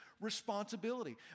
responsibility